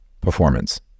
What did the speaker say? performance